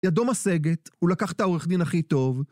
ידו משגת, הוא לקח את העורך דין הכי טוב.